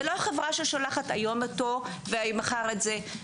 זה לא חברה ששולחת היום אותו ומחר את זה.